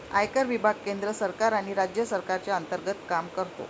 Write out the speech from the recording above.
आयकर विभाग केंद्र सरकार आणि राज्य सरकारच्या अंतर्गत काम करतो